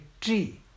tree